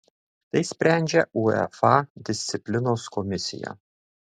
tai sprendžia uefa disciplinos komisija